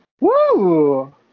Woo